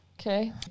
Okay